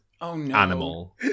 animal